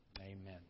amen